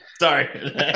Sorry